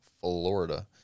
Florida